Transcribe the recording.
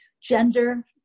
gender